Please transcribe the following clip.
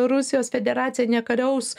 rusijos federacija nekariaus